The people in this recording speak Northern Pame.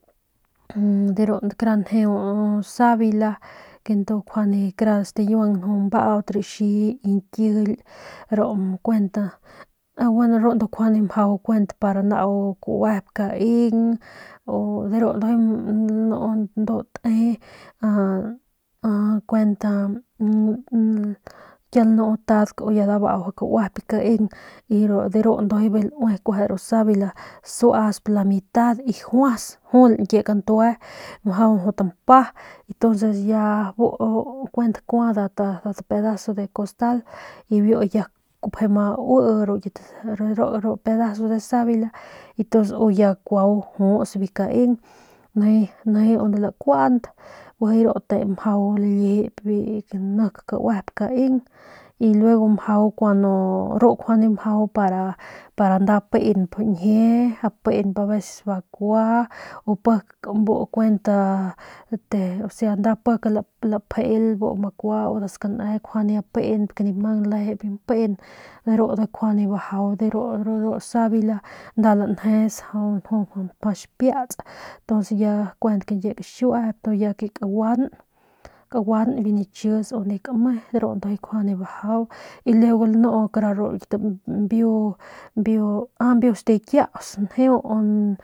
De ru kara njeu savila ke ndu nkjuande kara stikiuang mpaut raxi y nkijily ru kuent y nkjuande mjau kuent para nau kauep kaeng de ru ndujuy mjau lnu ndu te aa kuent iii kiau lanu tadk u ya mjau dabau mjau kauep biu kaeng y de ru ndujuy bijiy laue ru savila suasp lamitad y juas julp ñkie kantue mjau jut mpa y ya tuns bu kua nda tpedazo de costal y biu ya kupje ma ui ru kit pedazo de savila y u ya kuau juts biu kaing nijiy unde lakuant bijiy te lalijip biu nik kauep kaeng y luego mjau kuandu ru kjuande mjau para nda penp njie penp aveces bakua u pik bu kuent osea bu pik lapjel nda makua u nda skane nkjuande penp nip mang nlejep biu pen de ru ndujuy nkjuande bajau de ru savila nda lanjes nju mjau xipiats y tuns kuent kañkie kaxiue y tu kuent ki kaguan biu nichis unde kanme de ru ndujuy nkjuande bajau y luego lanu kara de ru kit mbiu mbu mbiu aa mbiu stakiauts njeu ndu.